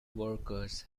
workers